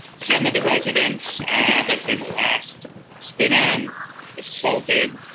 some of the residents have been harassed spin on assaulted,